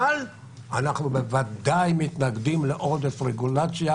אבל אנחנו בוודאי מתנגדים לעודף רגולציה,